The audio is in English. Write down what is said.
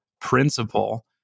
principle